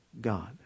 God